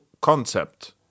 concept